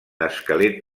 esquelet